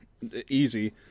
easy